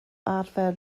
arfer